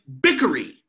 bickery